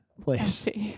place